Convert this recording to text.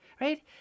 right